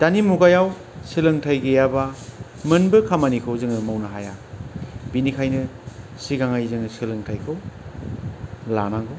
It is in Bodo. दानि मुगायाव सोलोंथाइ गैयाबा मोनबो खामानिखौ जोङो मावनो हाया बेनिखायनो सिगाङै जोङो सोलोंथाइखौ लानांगौ